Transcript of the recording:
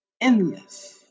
endless